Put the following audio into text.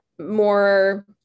more